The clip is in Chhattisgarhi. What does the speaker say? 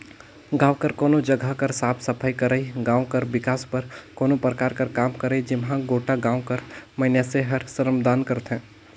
गाँव कर कोनो जगहा कर साफ सफई करई, गाँव कर बिकास बर कोनो परकार कर काम करई जेम्हां गोटा गाँव कर मइनसे हर श्रमदान करथे